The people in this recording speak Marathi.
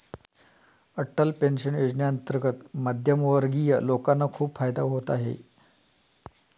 अटल पेन्शन योजनेअंतर्गत मध्यमवर्गीय लोकांना खूप फायदा होत आहे